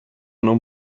non